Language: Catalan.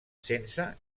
sense